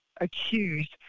accused